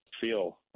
feel